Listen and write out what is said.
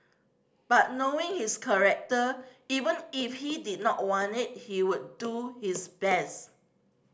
but knowing his character even if he did not want it he would do his best